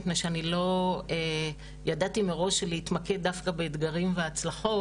מפני שאני לא ידעתי מראש של להתמקד דווקא באתגרים ובהצלחות,